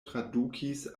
tradukis